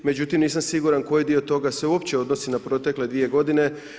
Međutim, nisam siguran koji dio toga se uopće odnosi na protekle dvije godine.